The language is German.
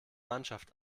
mannschaft